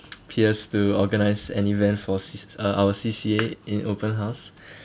peers to organise an event for cis~ uh our C_C_A in open house